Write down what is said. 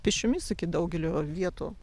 pėsčiomis iki daugelio vietų